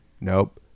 nope